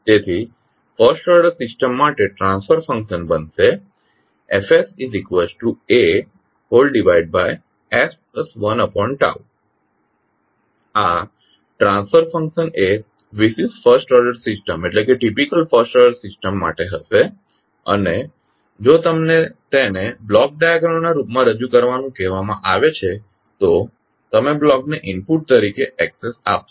તેથી first order system માટે transfer function બનશે FsAs1 આ ટ્રાન્સફર ફંક્શન એ વિશિષ્ટ ફર્સ્ટ ઓર્ડર સિસ્ટમ માટે હશે અને જો તમને તેને બ્લોક ડાયાગ્રામના રૂપમાં રજૂ કરવાનું કહેવામાં આવે છે તો તમે બ્લોકને ઇનપુટ તરીકે X આપશો